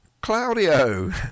Claudio